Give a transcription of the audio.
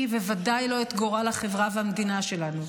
וודאי לא את גורל החברה והמדינה שלנו,